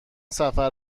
سفر